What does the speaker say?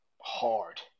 hard